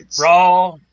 raw